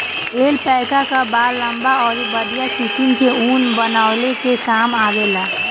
alpaca कअ बाल लंबा अउरी बढ़िया किसिम कअ ऊन बनवले के काम आवेला